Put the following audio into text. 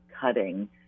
cutting